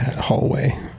hallway